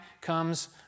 comes